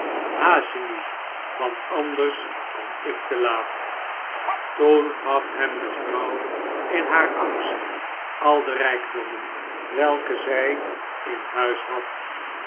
haast je nu want anders kom ik te laat toen gaf hem de vrouw in haar angst al de rijkdommen welke zij in huis had